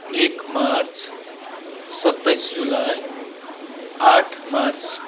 एक मार्च सत्ताइस जुलाई आठ मार्च